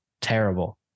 Terrible